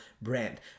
brand